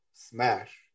smash